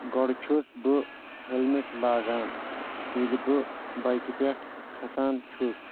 گۄڑٕ چھُس بہٕ ہیٚلمِٹ لاگان ییٚلہِ بہٕ بایکہِ پٮ۪ٹھ کھسان چھُس